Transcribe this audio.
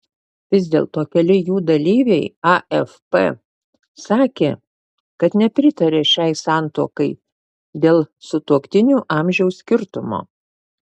vis dėlto keli jų dalyviai afp sakė kad nepritaria šiai santuokai dėl sutuoktinių amžiaus skirtumo